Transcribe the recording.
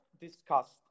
discussed